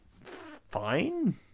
fine